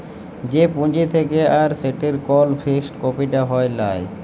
যে পুঁজি থাক্যে আর সেটির কল ফিক্সড ক্যাপিটা হ্যয় লায়